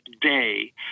day